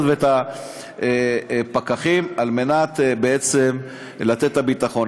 ואת הפקחים על מנת בעצם לתת את הביטחון.